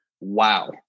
wow